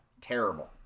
Terrible